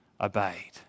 obeyed